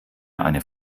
eine